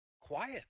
quiet